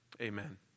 Amen